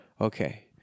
okay